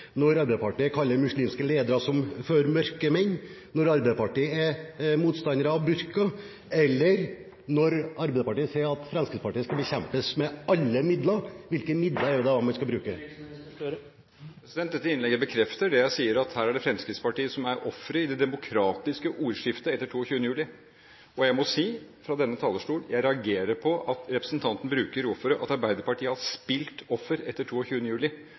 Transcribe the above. når Arbeiderpartiet kaller muslimske ledere for mørkemenn, når Arbeiderpartiet er motstander av burka? Eller: Når Arbeiderpartiet sier at Fremskrittspartiet skal bekjempes med alle midler, hvilke midler er det da man skal bruke? Dette innlegget bekrefter det jeg sier, at her er det som om det er Fremskrittspartiet som er offer i det demokratiske ordskiftet etter 22. juli. Og jeg må si, fra denne talerstol, at jeg reagerer på at representanten sier at Arbeiderpartiet har spilt offer etter 22. juli.